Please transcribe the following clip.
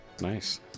Nice